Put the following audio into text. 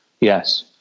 yes